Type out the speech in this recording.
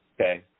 Okay